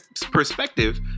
perspective